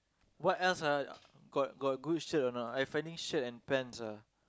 what else ah got got good shirt a not I finding shirt and pants ah